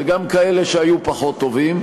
וגם כאלה שהיו פחות טובים,